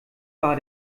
war